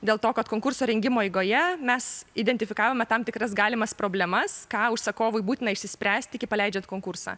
dėl to kad konkurso rengimo eigoje mes identifikavome tam tikras galimas problemas ką užsakovui būtina išspręsti iki paleidžiant konkursą